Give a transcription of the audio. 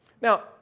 Now